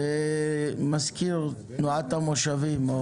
מזכ"ל תנועת המושבים.